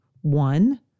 one